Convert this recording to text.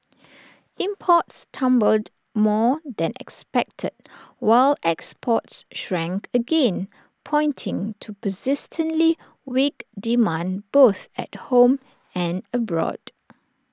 imports tumbled more than expected while exports shrank again pointing to persistently weak demand both at home and abroad